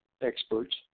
experts